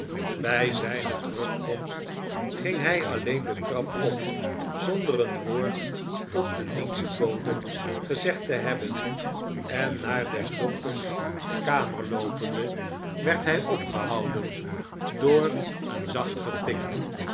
bij zgne terugkomst ging hij alleen de trap op zonder een woord tot de dienstbode gezegd te hebben en naar des dokters kamer loopende werd hij opgehouden door een zacht getik